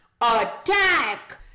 Attack